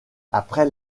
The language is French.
après